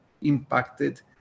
impacted